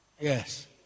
Yes